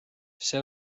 see